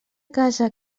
casa